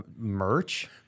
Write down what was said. merch